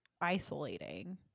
isolating